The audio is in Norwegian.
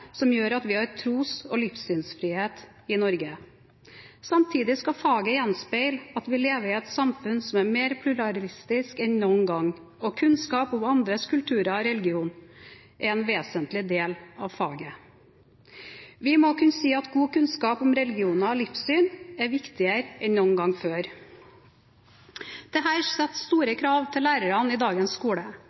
som gjør at vi har tros- og livssynsfrihet i Norge. Samtidig skal faget gjenspeile at vi lever i et samfunn som er mer pluralistisk enn noen gang, og kunnskap om andres kultur og religion er en vesentlig del av faget. Vi må kunne si at god kunnskap om religioner og livssyn er viktigere enn noen gang før. Dette setter store krav til lærerne i dagens skole.